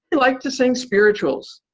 they liked to sing spirituals,